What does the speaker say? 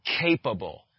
capable